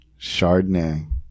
Chardonnay